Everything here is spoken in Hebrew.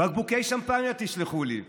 בקבוקי שמפניה תשלחו לי,